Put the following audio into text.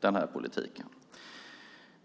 denna politik.